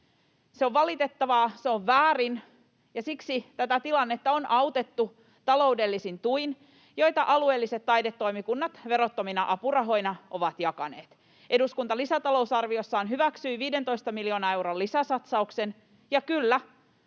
Se on valitettavaa, se on väärin, ja siksi tätä tilannetta on autettu taloudellisin tuin, joita alueelliset taidetoimikunnat verottomina apurahoina ovat jakaneet. Eduskunta lisätalousarviossaan hyväksyi 15 miljoonan euron lisäsatsauksen. Ja kyllä,